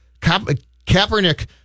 Kaepernick